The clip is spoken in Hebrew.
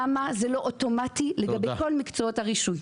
למה זה לא אוטומטי לגבי כל מקצועות הרישוי?